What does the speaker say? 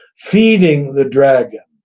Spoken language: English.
feeding the dragon.